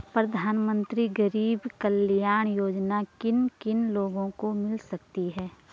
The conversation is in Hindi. प्रधानमंत्री गरीब कल्याण योजना किन किन लोगों को मिल सकती है?